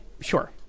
sure